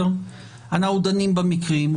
אנחנו דנים במקרים,